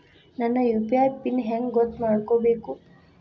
ನನ್ನ UPI PIN ಹೆಂಗ್ ಗೊತ್ತ ಮಾಡ್ಕೋಬೇಕು?